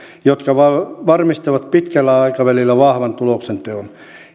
jotka varmistavat pitkällä aikavälillä vahvan tuloksenteon